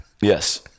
Yes